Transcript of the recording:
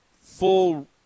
full